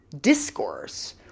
discourse